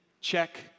check